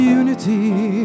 unity